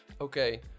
Okay